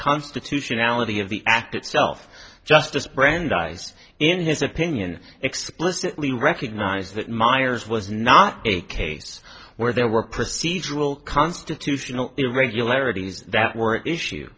constitutionality of the act itself justice brandeis in his opinion explicitly recognized that miers was not a case where there were procedural constitutional irregularities that were an issue